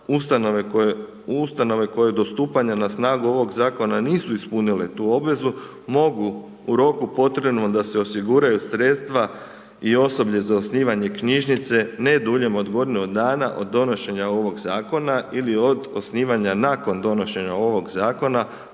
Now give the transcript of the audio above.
U ustanovama koja do stupanja na snagu ovoga zakona nisu ispunile tu obvezu, mogu u roku potrebnom da se osiguraju sredstva i osoblje za osnivanje knjižnice ne duljem od godinu dana od donošenja ovog zakona ili osnivanja nakon donošenja ovog zakona,